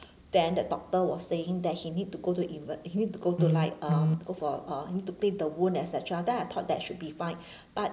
then the doctor was saying that he need to go to in ward he need to go to like um go for uh he need to clean the wound et cetera then I taught that should be fine but